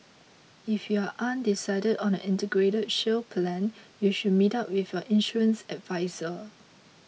if you are undecided on an Integrated Shield Plan you should meet up with your insurance adviser